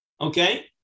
Okay